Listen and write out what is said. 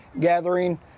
gathering